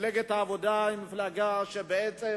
מפלגת העבודה היא מפלגה שבעצם